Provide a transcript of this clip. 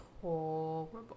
Horrible